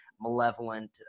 malevolent